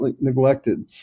neglected